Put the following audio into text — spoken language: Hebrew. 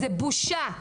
זה בושה.